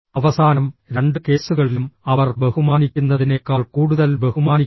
അവസാനം രണ്ട് കേസുകളിലും അവർ ബഹുമാനിക്കുന്നതിനേക്കാൾ കൂടുതൽ ബഹുമാനിക്കണം